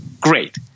great